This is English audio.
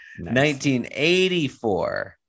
1984